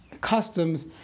customs